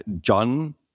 John